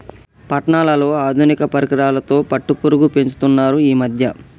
పట్నాలలో ఆధునిక పరికరాలతో పట్టుపురుగు పెంచుతున్నారు ఈ మధ్య